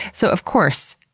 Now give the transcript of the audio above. so of course,